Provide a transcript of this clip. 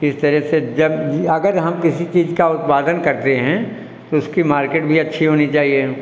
इस तरह से जब जी अगर हम किसी चीज का उत्पादन करते हैं तो उसकी मार्किट भी अच्छी होनी चाहिए